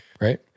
Right